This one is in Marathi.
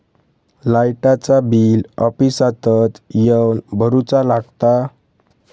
लाईटाचा बिल ऑफिसातच येवन भरुचा लागता?